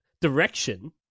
direction